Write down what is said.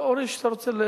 זו תיאוריה שאתה רוצה,